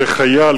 שחייל,